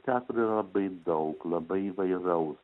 teatro yra labai daug labai įvairaus